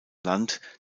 land